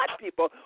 people